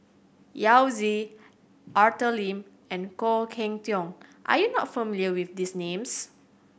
Yao Zi Arthur Lim and Khoo Cheng Tiong are you not familiar with these names